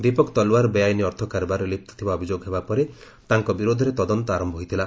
ଦୀପକ ତଲୱାର ବେଆଇନ ଅର୍ଥ କାରବାରରେ ଲିପ୍ତ ଥିବା ଅଭିଯୋଗ ହେବା ପରେ ତାଙ୍କ ବିରୋଧରେ ତଦନ୍ତ ଆରମ୍ଭ ହୋଇଥିଲା